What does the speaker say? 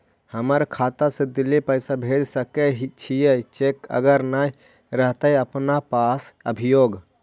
हमर खाता से दिल्ली पैसा भेज सकै छियै चेक अगर नय रहतै अपना पास अभियोग?